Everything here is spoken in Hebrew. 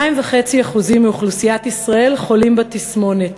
2.5% מאוכלוסיית ישראל חולים בתסמונת